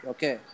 Okay